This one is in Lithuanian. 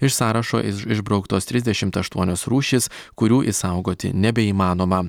iš sąrašo iž išbrauktos trisdešimt aštuonios rūšys kurių išsaugoti nebeįmanoma